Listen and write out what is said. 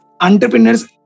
Entrepreneurs